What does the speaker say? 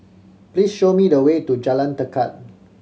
please show me the way to Jalan Tekad